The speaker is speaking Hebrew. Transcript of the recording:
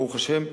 ברוך השם.